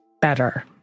better